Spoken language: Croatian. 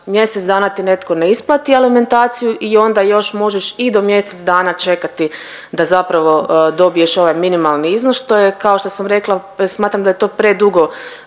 mjesec dana ti netko ne isplati alimentaciju i onda još možeš i do mjesec dana čekati da zapravo dobiješ ovaj minimalni iznos što je kao što sam rekla smatram da je to predugo